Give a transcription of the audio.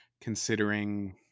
considering